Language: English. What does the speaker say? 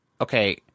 okay